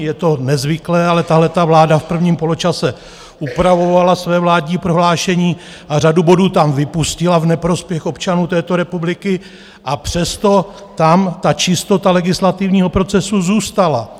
Je to nezvyklé, ale tahleta vláda v prvním poločase upravovala své vládní prohlášení a řadu bodů tam vypustila v neprospěch občanů této republiky, a přesto tam ta čistota legislativního procesu zůstala.